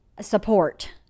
support